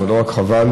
זה לא רק חבל,